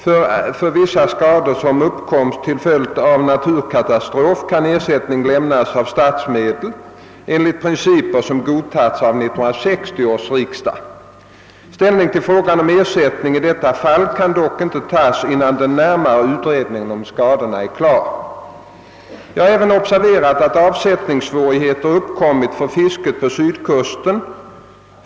För vissa skador som uppkommer till följd av naturkatastrof kan ersättning lämnas av statsmedel enligt principer som godkänts av 1960 års riksdag. Ställning till frågan om ersättning i detta fall kan dock inte tas innan den närmare utredningen om skadorna är klar. Jag har även observerat att avsättningssvårigheter uppkommit för fisket på sydkusten.